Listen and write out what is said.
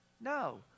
No